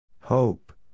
Hope